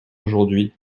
aujourd’hui